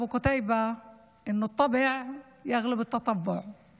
אבו קתיבה שאופיו האמיתי של האדם גובר על האופי שהוא מתיימר להראות.)